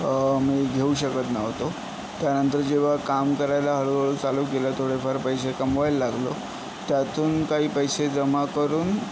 मी घेऊ शकत नव्हतो त्यानंतर जेव्हा काम करायला हळूहळू चालू केलं थोडेफार पैसे कमवाय लागलो त्यातून काही पैसे जमा करून